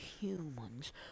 humans